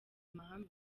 amahame